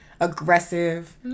aggressive